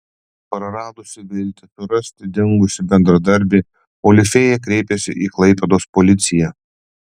praradusi viltį surasti dingusį bendradarbį olifėja kreipėsi į klaipėdos policiją